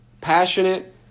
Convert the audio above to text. passionate